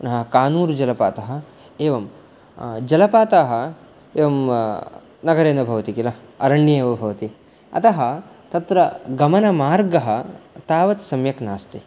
पुनः कानूर्जलपातः एवं जलपाताः एवं नगरे न भवति किल अरण्ये एव भवति अतः तत्र गमनमार्गः तावत् सम्यक् नास्ति